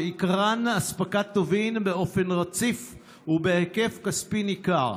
שעיקרן אספקת טובין באופן רציף ובהיקף כספי ניכר.